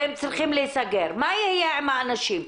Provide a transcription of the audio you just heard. והם צריכים להיסגר - מה יהיו עם האנשים,